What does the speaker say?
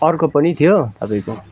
अर्को पनि थियो तपाईँको